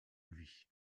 lui